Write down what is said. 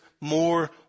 more